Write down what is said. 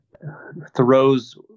Thoreau's